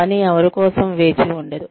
పని ఎవరి కోసం వేచి ఉండదు